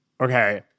Okay